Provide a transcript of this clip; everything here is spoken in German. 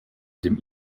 dem